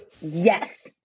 Yes